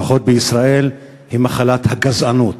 לפחות בישראל, היא מחלת הגזענות.